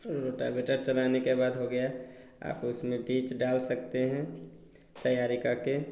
rotavator चलाने के बाद हो गया अब उसमें बीच डाल सकते हैं तैयारी करके